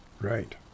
Right